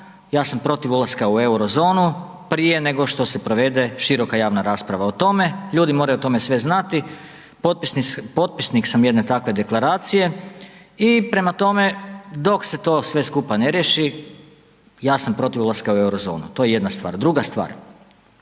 Ja sam protiv ulaska u euro zonu prije nego što se provede široka javna rasprava o tome. Ljudi moraju o tome sve znati. Potpisnik sam jedne takve deklaracije i prema tome dok se to sve skupa ne riješi ja sam protiv ulaska u euro zonu. To je jedna stvar. Druga stvar,